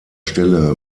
stelle